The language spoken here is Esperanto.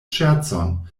ŝercon